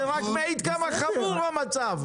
זה רק מעיד כמה חמור המצב,